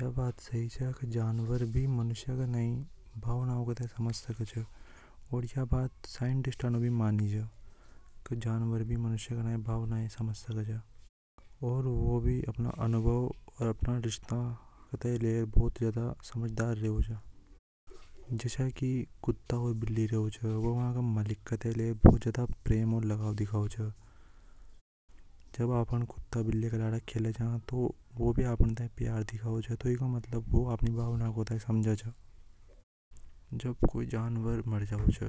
﻿यह बात सही जगह जानवर भी मनुष्य का नहीं भावनाओं को समझ सके छ और या बात साइंटिस्टों ने भि मानी च की जानवर भी मनुष्य के नई भावनाएं समझ सके छ और वह भी अपना अनुभव और अपना रिश्ता बहुत ज्यादा समझदार रेवे छ। जैसा कि कुत्ता और बिल्ली रेवे छ वा वाका मालिक का तरह लिए बहुत ज्यादा प्रेम और लगाओ दिखाओ जब अपन कुत्ता बिल्ली के लिए रे खेलता तो वह भी आपना थाई प्यार दिखाओ अपनी भावना को समझे छ जब कोई जानवर मर जाओ छ